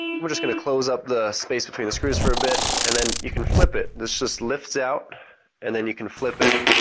we are just going to close up the space between the screws for a bit, and then you can flip it, just lift out and then you can flip it,